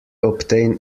obtain